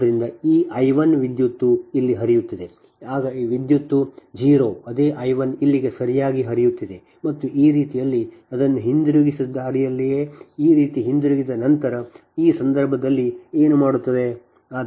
ಆದ್ದರಿಂದ ಈ I 1 ವಿದ್ಯುತ್ ಇಲ್ಲಿ ಹರಿಯುತ್ತಿದೆ ಆಗ ಈ ವಿದ್ಯುತ್ 0 ಅದೇ I 1 ಇಲ್ಲಿಗೆ ಸರಿಯಾಗಿ ಹರಿಯುತ್ತಿದೆ ಮತ್ತು ಈ ರೀತಿಯಲ್ಲಿ ಅದನ್ನು ಹಿಂದಿರುಗಿಸಿದ ಹಾದಿಯಲ್ಲಿಯೇ ಈ ರೀತಿಯಲ್ಲಿ ಹಿಂದಿರುಗಿದ ನಂತರ ಈ ಸಂದರ್ಭದಲ್ಲಿ ಏನು ಮಾಡುತ್ತದೆ